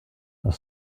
are